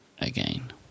again